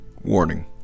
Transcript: Warning